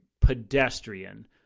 pedestrian